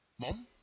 Mom